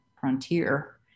frontier